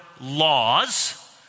laws